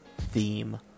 theme